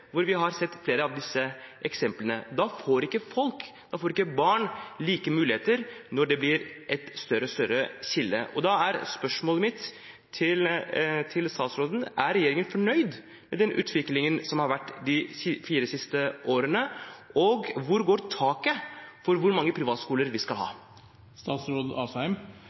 har vi sett flere av disse eksemplene: Barn får ikke like muligheter når det blir et større og større skille. Spørsmålet mitt til statsråden er: Er regjeringen fornøyd med den utviklingen som har vært de fire siste årene, og hvor settes taket for hvor mange privatskoler vi skal ha?